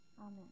Amen